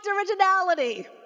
originality